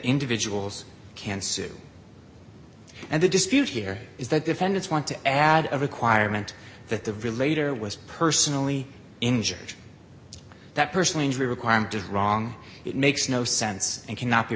individuals can sue and the dispute here is that defendants want to add a requirement that the violator was personally injured that personal injury requirement is wrong it makes no sense and cannot be